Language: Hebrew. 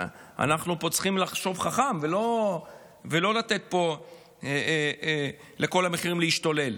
אנחנו פה צריכים לחשוב חכם ולא לתת פה לכל המחירים להשתולל.